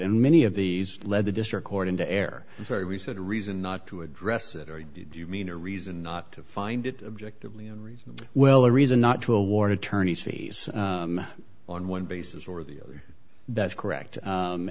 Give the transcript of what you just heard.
and many of these led the district court into air very recent a reason not to address it or do you mean a reason not to find it objective well a reason not to award attorneys fees on one basis or the other that's correct